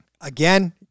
Again